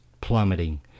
plummeting